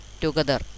together